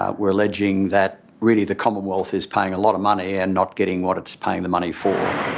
ah we're alleging that really the commonwealth is paying a lot of money and not getting what it's paying the money for.